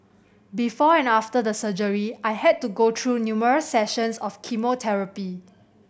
before and after the surgery I had to go through numerous sessions of chemotherapy